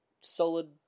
solid